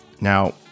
Now